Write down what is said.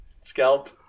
scalp